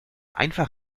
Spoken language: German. einfach